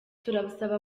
turasaba